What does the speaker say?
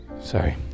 sorry